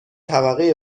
طبقه